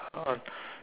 uh